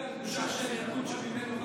אתה מדבר על בושה של הארגון שממנו באת?